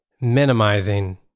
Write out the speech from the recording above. minimizing